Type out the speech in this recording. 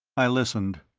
i listened.